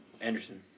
Anderson